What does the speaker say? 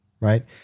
right